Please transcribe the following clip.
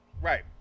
Right